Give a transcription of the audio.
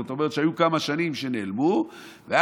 זאת אומרת שהיו כמה שנים שנעלמו ואז